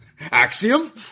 Axiom